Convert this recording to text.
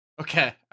Okay